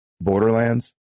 Borderlands